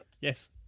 Yes